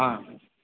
अऽ